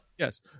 Yes